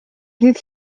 ddydd